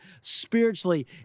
spiritually